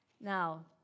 Now